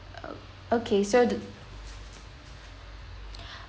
okay so the